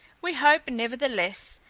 we hope, nevertheless,